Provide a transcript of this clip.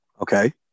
Okay